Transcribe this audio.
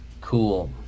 cool